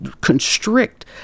constrict